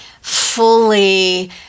fully